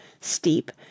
steep